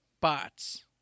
Bots